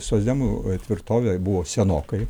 socdemų tvirtovė buvo senokai